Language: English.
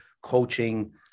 coaching